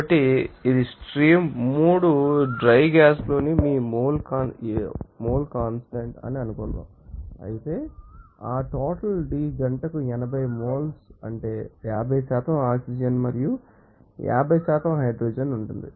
కాబట్టి ఇది stream 3 dry గ్యాస్లోని మీ మోల్ కాన్స్టాంట్ అని అనుకుందాం అయితే ఆ టోటల్ D గంటకు 80 మోల్ అంటే 50 ఆక్సిజన్ మరియు 50 హైడ్రోజన్ ఉంటుంది